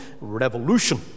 Revolution